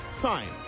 Time